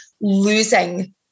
Losing